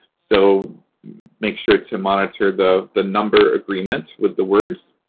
so make sure to monitor the the number agreement with the words.